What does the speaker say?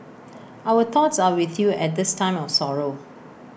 our thoughts are with you at this time of sorrow